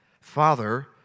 Father